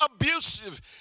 abusive